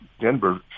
Denver